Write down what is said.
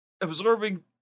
absorbing